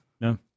no